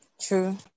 True